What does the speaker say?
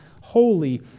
holy